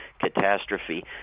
Catastrophe